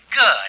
Good